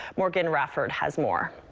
morgan radford has more.